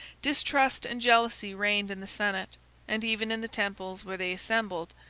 distrust and jealousy reigned in the senate and even in the temples where they assembled,